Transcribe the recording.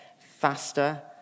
faster